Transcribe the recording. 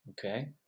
Okay